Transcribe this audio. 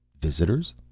visitors?